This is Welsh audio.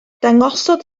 dangosodd